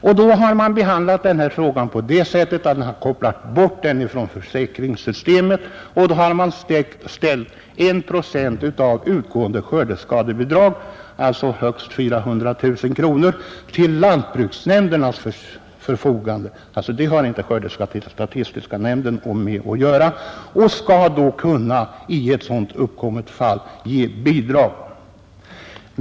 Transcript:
Den frågan har man behandlat på det sättet att man har kopplat bort den från försäkringssystemet och i stället ställt I procent av utgående skördeskadebidrag, eller högst 400 000 kronor, till lantbruksnämndernas förfogande — det har alltså skördestatistiska nämnden inte med att göra — för att de i uppkommande fall skall kunna ge bidrag.